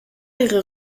ihrer